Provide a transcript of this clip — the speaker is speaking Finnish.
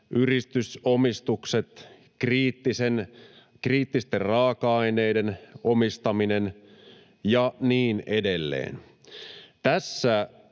yritysomistukset, kriittisten raaka-aineiden omistaminen ja niin edelleen. Tässä